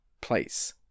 place